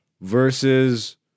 versus